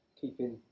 keeping